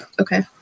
Okay